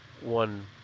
one